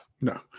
No